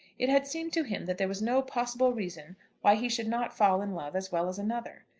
it had seemed to him that there was no possible reason why he should not fall in love as well as another.